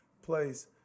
place